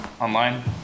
online